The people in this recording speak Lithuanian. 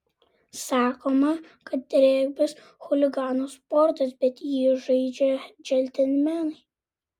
sakoma kad regbis chuliganų sportas bet jį žaidžia džentelmenai